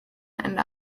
and